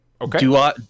okay